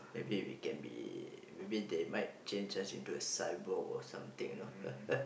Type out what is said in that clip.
maybe we can be maybe they might change us into a cyborg or something you know